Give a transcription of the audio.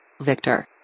Victor